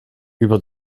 über